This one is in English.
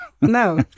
No